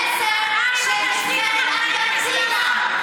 המסר של נבחרת ארגנטינה,